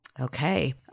Okay